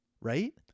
right